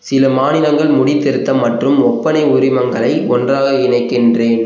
சில மாநிலங்கள் முடிதிருத்தம் மற்றும் ஒப்பனை உரிமங்களை ஒன்றாக இணைக்கின்றேன்